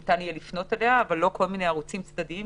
אבל אין כוונה לעשות כל מיני ערוצים צדדים,